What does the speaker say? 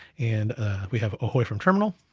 and we have ahoy from terminal,